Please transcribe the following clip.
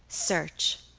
search